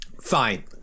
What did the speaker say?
fine